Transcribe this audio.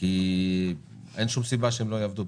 כי אין שום סיבה שהן לא יעבדו.